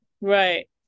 Right